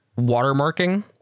watermarking